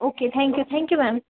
okay thank you thank you ma'am